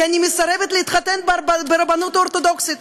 כי אני מסרבת להתחתן ברבנות האורתודוקסית.